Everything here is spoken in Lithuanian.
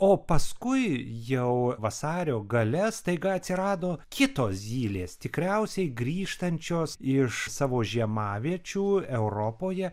o paskui jau vasario gale staiga atsirado kitos zylės tikriausiai grįžtančios iš savo žiemaviečių europoje